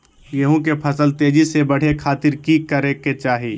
गेहूं के फसल तेजी से बढ़े खातिर की करके चाहि?